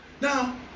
Now